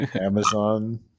Amazon